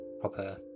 proper